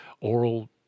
oral